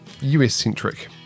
US-centric